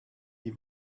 die